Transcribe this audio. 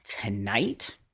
tonight